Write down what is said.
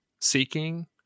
seeking